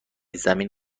زمین